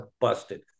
busted